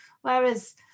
Whereas